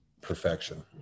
perfection